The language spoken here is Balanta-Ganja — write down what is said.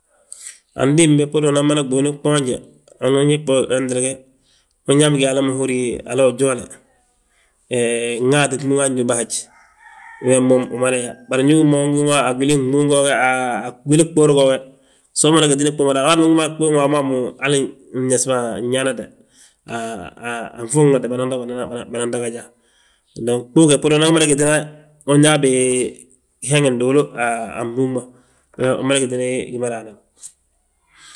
Antimbi bbúru unan mada ɓuuni gboonje, unyaa bigi hala ma húrni hala ujoole. Nŋaat gwili ma ñóbi haj, We moom umada yaa haj, bari ndu ugí mo, unguuŋi a gwil gbúŋ goo ge. A gwil so mada gitini ɓuw ma, a waati ma ungi mo a ɓuw waamu waamu hali nesba nyaanate. Anfuunate ban to banan to bana to gaja. Dong ɓuw ge bbúru unan gi mada gitina unyaaye biheŋi nduulu a fmbúŋ ma. We umada gitini wi ma raanan,